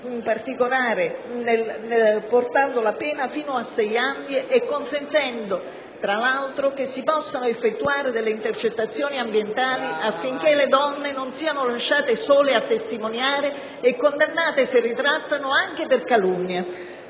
in particolare portando la pena fino a sei anni e consentendo che si possano effettuare intercettazioni ambientali, affinché le donne non siano lasciate sole a testimoniare e condannate, se ritrattano, anche per calunnia.